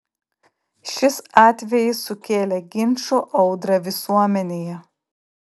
šis atvejis sukėlė ginčų audrą visuomenėje